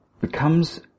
becomes